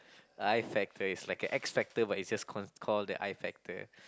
I Factor it's like a X Factor but it's just call call the I Factor